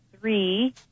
three